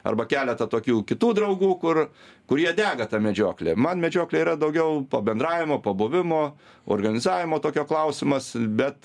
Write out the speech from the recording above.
arba keleta tokių kitų draugų kur kurie dega ta medžiokle man medžioklė yra daugiau pabendravimo pabuvimo organizavimo tokio klausimas bet